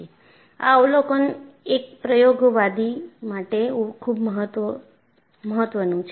આ અવલોકન એક પ્રયોગવાદી માટે ખૂબ મહત્વનું છે